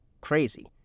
crazy